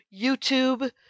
YouTube